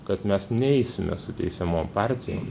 kad mes neisime su teisiamom partijom